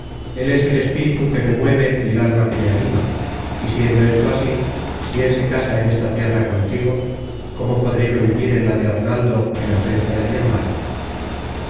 él es el espíritu que me mueve y el alma que me anima y siendo esto así si él se casa en esta tierra contigo cómo podré yo vivir en la de arnaldo en ausencia de mi hermano